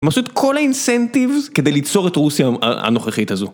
הם עשו את כל האינסנטיבס כדי ליצור את רוסיה הנוכחית הזו.